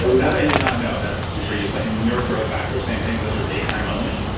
and and that i did not know. that's super useful, and nerve growth factor, same thing those are daytime only?